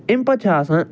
اَمہِ پتہٕ چھِ آسان